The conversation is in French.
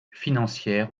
financière